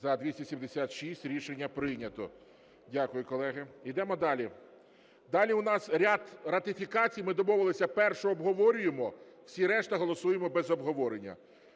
За-276 Рішення прийнято. Дякую, колеги. Ідемо далі. Далі у нас ряд ратифікацій. Ми домовилися, першу – обговорюємо, всі решта голосуємо без обговорення.